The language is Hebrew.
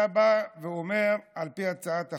אתה בא ואומר, על פי הצעת החוק,